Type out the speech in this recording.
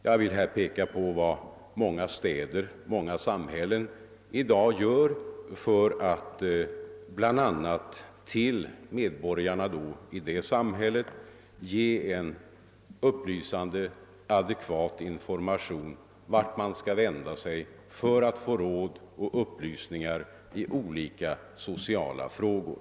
Jag vill peka på vad många städer och samhällen i dag gör för att till medborgarna ge en adekvat information om vart de skall vända sig för att få råd och upplysningar i olika sociala frågor.